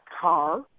car